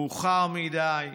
מאוחר מדי,